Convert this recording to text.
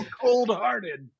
cold-hearted